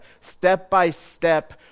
step-by-step